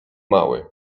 mały